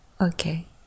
okay